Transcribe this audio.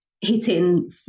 hitting